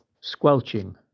squelching